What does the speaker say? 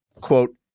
Quote